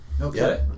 Okay